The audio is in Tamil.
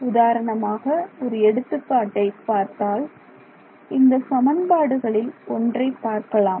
உதாரணமாக ஒரு எடுத்துக்காட்டை பார்த்தால் இந்த சமன்பாடுகளில் ஒன்றை பார்க்கலாம்